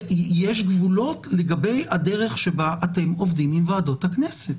יש גבולות לגבי הדרך שבה אתם עובדים עם ועדות הכנסת.